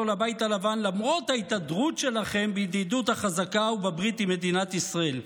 לבית הלבן למרות ההתהדרות שלכם בידידות החזקה ובברית עם מדינת ישראל.